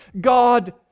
God